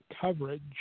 coverage